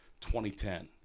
2010